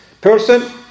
person